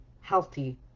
healthy